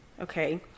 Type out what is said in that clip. okay